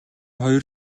хоёр